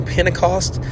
Pentecost